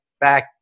back